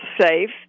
safe